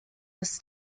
this